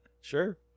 Sure